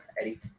Eddie